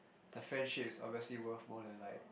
the friendship is obviously worth more than like